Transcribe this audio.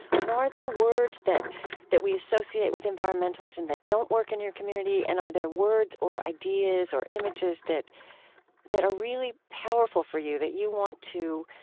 you know, are there words that that we associate with environmentalism that don't work in your community? and are their words or ideas or images that are really powerful for you that you want to,